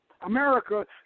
America